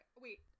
Wait